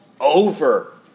over